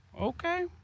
okay